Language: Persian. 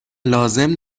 لازم